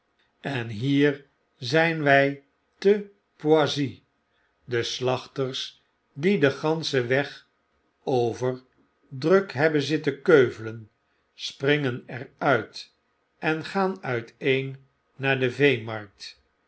en hier zyn wij te poissy de slachters die den ganschen weg aver druk hebben zitten keuvelen springen er uit en gaah uiteen naar de veemarkt